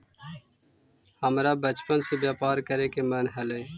हमरा बचपने से व्यापार करे के मन हलई